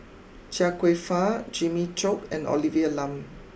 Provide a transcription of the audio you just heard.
Chia Kwek Fah Jimmy Chok and Olivia Lum